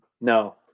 No